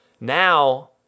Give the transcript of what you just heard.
Now